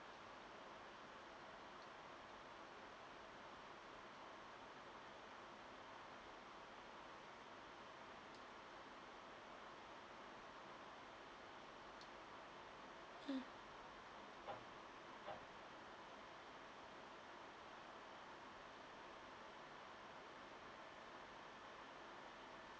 mm